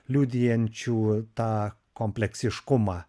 liudijančių tą kompleksiškumą